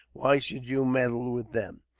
why should you meddle with them?